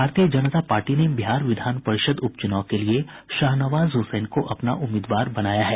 भारतीय जनता पार्टी ने बिहार विधान परिषद उपचुनाव के लिए शाहनवाज हुसैन को अपना उम्मीदवार बनाया है